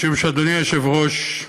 משום שאדוני היושב-ראש,